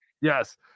yes